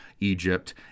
Egypt